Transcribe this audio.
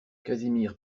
casimir